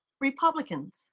Republicans